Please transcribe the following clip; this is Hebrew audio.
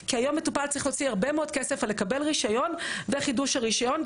כי היום מטופל צריך להוציא הרבה מאוד כסף לקבל רשיון וחידוש הרישיון,